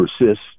Persist